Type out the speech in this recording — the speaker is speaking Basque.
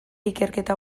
ikerketa